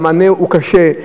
והמענה הוא קשה.